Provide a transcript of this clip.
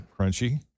crunchy